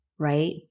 right